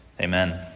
Amen